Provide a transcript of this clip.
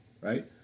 right